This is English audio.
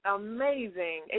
amazing